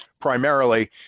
primarily